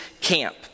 camp